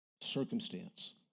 circumstance